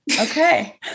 Okay